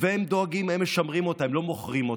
והם דואגים, הם משמרים אותה, הם לא מוכרים אותה.